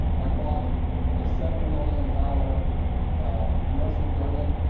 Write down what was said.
i bought a seven million dollars ah commercial building.